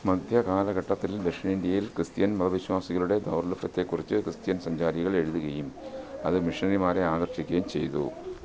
മദ്ധ്യകാലഘട്ടത്തിൽ ദക്ഷിണേന്ത്യയിൽ ക്രിസ്ത്യൻ മതവിശ്വാസികളുടെ ദൗർലഭ്യത്തെക്കുറിച്ച് ക്രിസ്ത്യൻ സഞ്ചാരികൾ എഴുതുകയും അത് മിഷനറിമാരെ ആകർഷിക്കുകയും ചെയ്തു